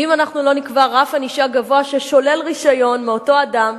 ואם אנחנו לא נקבע רף ענישה גבוה ששולל רשיון מאותו אדם,